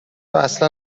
اصلا